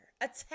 Attack